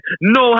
no